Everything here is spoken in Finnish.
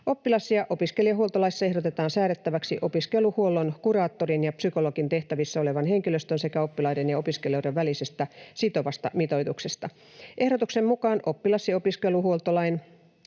Oppilas‑ ja opiskelijahuoltolaissa ehdotetaan säädettäväksi opiskeluhuollon, kuraattorin ja psykologin tehtävissä olevan henkilöstön sekä oppilaiden ja opiskelijoiden välisestä sitovasta mitoituksesta. Ehdotuksen mukaan oppilas‑ ja opiskeluhuoltolain